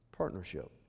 Partnership